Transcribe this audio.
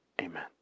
amen